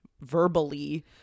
verbally